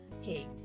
hey